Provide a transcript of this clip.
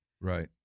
Right